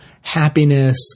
happiness